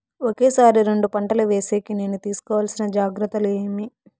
ఒకే సారి రెండు పంటలు వేసేకి నేను తీసుకోవాల్సిన జాగ్రత్తలు ఏమి?